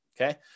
okay